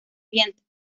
vientos